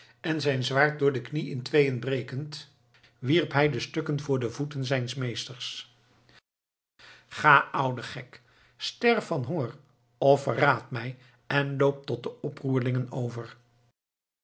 en zijn zwaard voor de knie in tweeën brekend wierp hij de stukken voor de voeten zijns meesters ga oude gek sterf van honger of verraad mij en loop tot de oproerlingen over